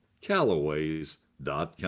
Callaway's.com